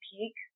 Peak